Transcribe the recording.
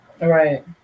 Right